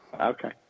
Okay